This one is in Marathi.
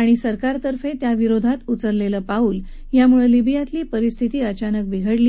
आणि सरकारतर्फे त्याविरोधात उचलल पाऊल यामुळ लिबियामधली परिस्थिती अचानक बिघडली